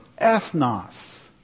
Ethnos